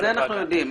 זה אנחנו יודעים.